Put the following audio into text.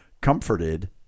comforted